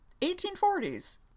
1840s